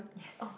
yes